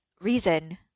reason